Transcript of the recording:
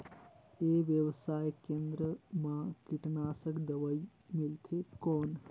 ई व्यवसाय केंद्र मा कीटनाशक दवाई मिलथे कौन?